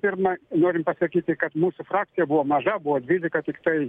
pirma norim pasakyti kad mūsų frakcija buvo maža buvo dvylika tiktai